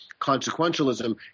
consequentialism